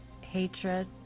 hatred